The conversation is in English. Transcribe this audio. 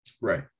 Right